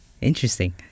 interesting